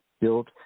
built